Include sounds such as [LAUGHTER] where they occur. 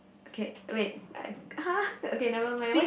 okay wait [NOISE] !huh! okay never mind wh~